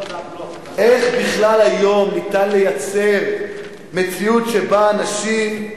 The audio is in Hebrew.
איך בכלל היום אפשר לייצר מציאות שבה אנשים,